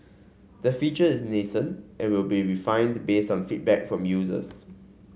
the feature is nascent and will be refined based on feedback from users